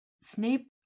Snape